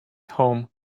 home